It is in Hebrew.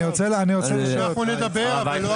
אנחנו נדבר, אבל לא